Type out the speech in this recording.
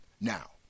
Now